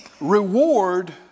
reward